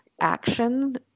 action